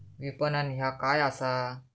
विपणन ह्या काय असा?